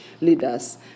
leaders